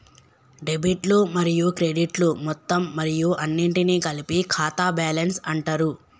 డెబిట్లు మరియు క్రెడిట్లు మొత్తం మరియు అన్నింటినీ కలిపి ఖాతా బ్యాలెన్స్ అంటరు